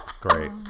Great